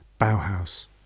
Bauhaus